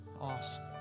Awesome